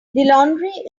laundry